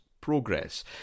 progress